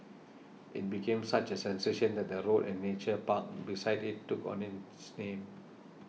it became such a sensation that the road and nature park beside it took on its name